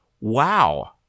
wow